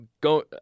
go